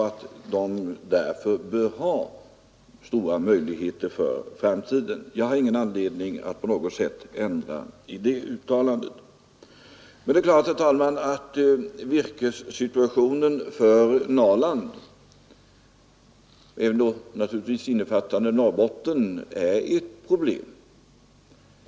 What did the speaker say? ASSI bör därför ha stora möjligheter i framtiden. Jag har ingen anledning att ändra något i det uttalandet. Virkessituationen för Norrland, innefattande Norrbotten, är naturligtvis ett problem.